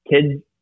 kids